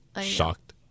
Shocked